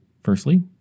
Firstly